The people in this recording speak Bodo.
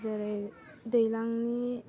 जेरै दैलांनि